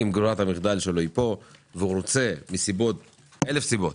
אם ברירת המחדל שלו היא פה והוא רוצה בשל אלף סיבות